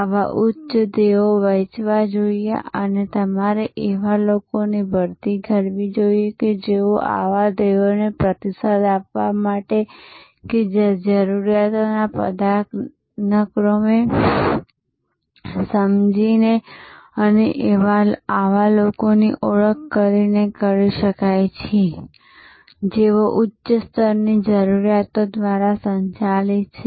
આવા ઉચ્ચ ધ્યેયો વહેંચવા જોઈએ અને તમારે એવા લોકોની ભરતી કરવી જોઈએ જેઓ આવા ધ્યેયોનો પ્રતિસાદ આપવા માટે કે જે જરૂરિયાતોના પદાનુક્રમને સમજીને અને આવા લોકોની ઓળખ કરીને કરી શકાય છે જેઓ ઉચ્ચ સ્તરની જરૂરિયાતો દ્વારા સંચાલિત છે